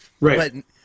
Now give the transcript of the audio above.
right